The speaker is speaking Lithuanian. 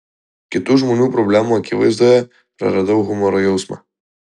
kitų žmonių problemų akivaizdoje praradau humoro jausmą